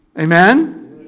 Amen